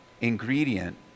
ingredient